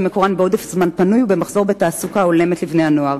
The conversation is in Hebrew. שמקורן בעודף זמן פנוי ובמחסור בתעסוקה הולמת לבני הנוער.